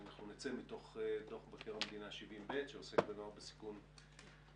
אנחנו נצא מתוך דוח מבקר המדינה 70ב שעוסק בנוער בסיכון בכלל.